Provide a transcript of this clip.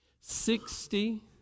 Sixty